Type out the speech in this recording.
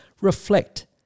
reflect